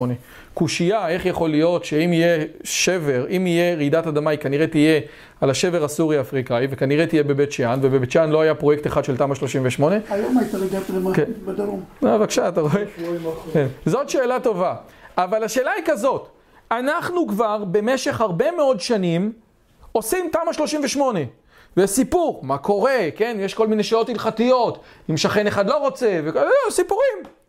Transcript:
קושייה, איך יכול להיות שאם יהיה שבר, אם יהיה רעידת אדמה, היא כנראה תהיה על השבר הסורי-אפריקאי וכנראה תהיה בבית שאן, ובבית שאן לא היה פרויקט אחד של תמ"א 38, היום הייתה רעידת אדמה בדרום, בבקשה, אתה רואה? זאת שאלה טובה. אבל השאלה היא כזאת, אנחנו כבר במשך הרבה מאוד שנים עושים תמ"א 38. וסיפור, מה קורה, כן? יש כל מיני שאלות הלכתיות, אם שכן אחד לא רוצה, וסיפורים.